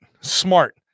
smart